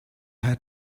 had